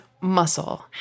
muscle